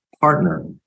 partner